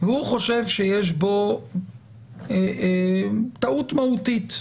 והוא חושב שיש בו טעות מהותית.